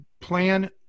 Plan